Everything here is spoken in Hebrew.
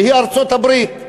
שהיא ארצות-הברית.